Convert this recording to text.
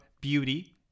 beauty